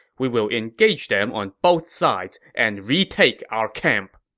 we will engage them on both sides and retake our camp.